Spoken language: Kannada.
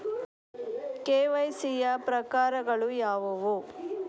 ಕೆ.ವೈ.ಸಿ ಯ ಪ್ರಕಾರಗಳು ಯಾವುವು?